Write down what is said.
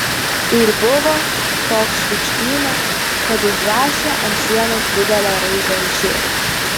ir buvo toks šlykštynė kad užrašė ant sienos didelę raidę ž